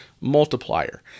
multiplier